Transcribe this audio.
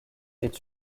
est